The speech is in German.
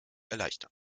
erleichtern